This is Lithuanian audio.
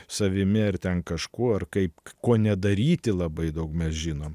savimi ar ten kažkuo ar kaip ko nedaryti labai daug mes žinom